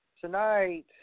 Tonight